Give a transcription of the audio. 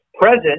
Present